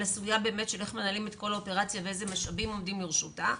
לסוגיה שבאמת אנחנו מנהלים את כל האופרציה ואיזה משאבים עומדים לרשותה.